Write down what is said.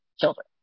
children